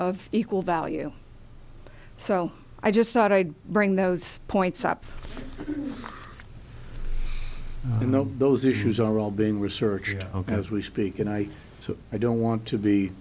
of equal value so i just thought i'd bring those points up you know those issues are all being researched ok as we speak and i so i don't want to be